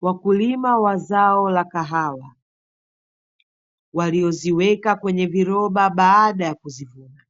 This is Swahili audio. Wakulima wa zao la kahawa, walioziweka kwenye viroba baada ya kuzivuna,